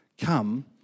come